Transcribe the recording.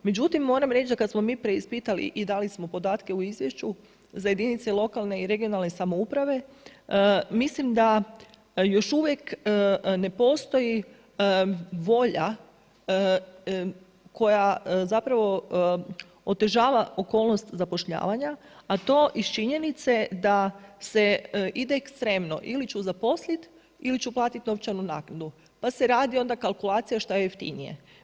Međutim moram reći da kada smo mi preispitali i dali smo podatke u izvješću za jedinice lokalne i regionalne samouprave, mislim da još uvijek ne postoji volja koja otežava okolnost zapošljavanja, a to iz činjenice da se ide ekstremno ili ću zaposliti ili ću platiti novčanu naknadu pa se radi onda kalkulacija šta je jeftinije.